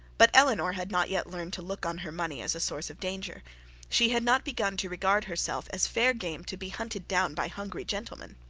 but eleanor had not yet learnt to look on her money as a source of danger she had not begun to regard herself as fair game to be hunted down by hungry gentlemen.